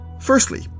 Firstly